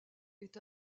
est